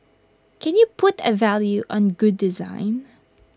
can you put A value on good design